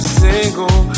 single